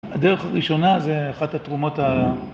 הדרך הראשונה זה אחת התרומות ה...